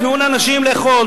תנו לאנשים לאכול,